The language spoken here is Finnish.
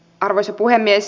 arvoisa puhemies